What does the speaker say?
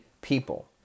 people